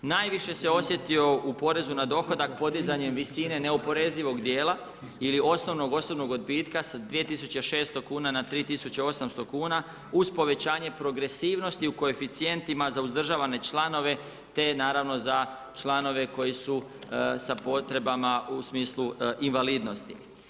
Najviše se osjetio u porezu na dohodak podizanjem visine neoporezivog dijela ili osnovnog osobnog odbitka sa 2.600,00 kn na 3.800,00 kn uz povećanje progresivnosti u koeficijentima za uzdržavane članove, te naravno, za članove koji su sa potrebama u smislu invalidnosti.